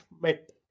met